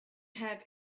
have